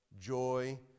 joy